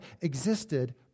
existed